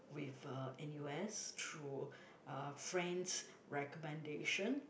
with uh n_u_s through uh friend's recommendation